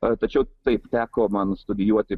ar tačiau taip teko man studijuoti